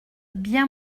bien